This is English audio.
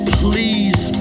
please